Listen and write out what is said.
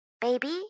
baby